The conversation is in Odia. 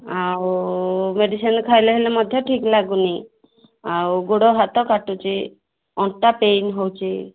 ଆଉ ମେଡ଼ିସିନ୍ ଖାଇଲେ ହେଲେ ମଧ୍ୟ ଠିକ୍ ଲାଗୁନି ଆଉ ଗୋଡ଼ ହାତ କାଟୁଛି ଅଣ୍ଟା ପେନ୍ ହେଉଛି